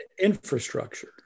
infrastructure